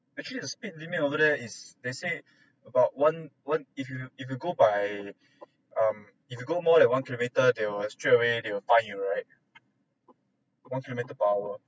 actually the speed limit over there is they say about one one if you if you go by um if go more than one kilometre they will straight away they will fine you right one kilometre per hour